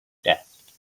death